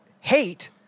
hate